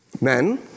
Men